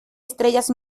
estrellas